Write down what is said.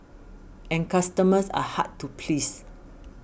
and customers are hard to please